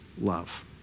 love